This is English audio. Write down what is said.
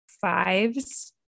fives